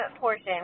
portion